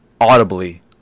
audibly